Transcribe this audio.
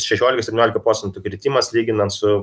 šešiolika septyniolika procentų kritimas lyginant su